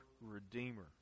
Redeemer